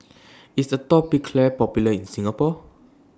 IS Atopiclair Popular in Singapore